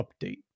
update